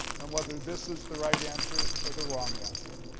um whether this is the right answer or the wrong answer.